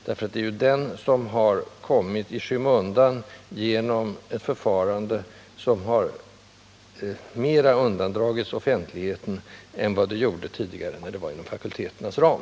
Det är ju den som har kommit i skymundan genom att tillsättningsförfarandet har undandragits offentligheten i större utsträckning än vad som skedde tidigare när tillsättningarna avgjordes inom fakulteternas ram.